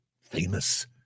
famous